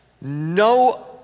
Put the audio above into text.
no